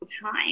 time